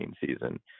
season